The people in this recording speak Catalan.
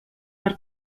per